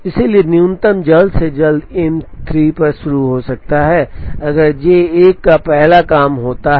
इसलिए न्यूनतम जल्द से जल्द M 3 शुरू हो सकता है अगर J 1 पहला काम होता है